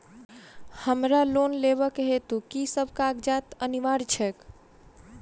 हमरा लोन लेबाक हेतु की सब कागजात अनिवार्य छैक?